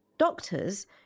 Doctors